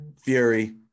fury